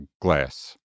glass